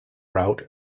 route